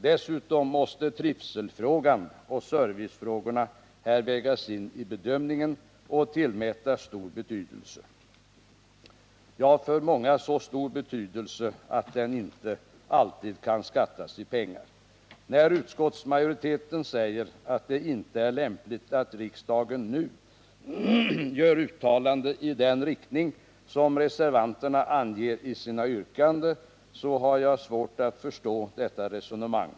Dessutom måste trivselfrågan och servicefrågor här vägas in i bedömningen och tillmätas stor betydelse, ja, för många så stor betydelse att den inte alltid kan skattas i pengar. När utskottsmajoriteten säger, att det inte är lämpligt att riksdagen nu gör uttalande i den riktning som reservanterna anger i sina yrkanden, så har jag svårt att förstå detta resonemang.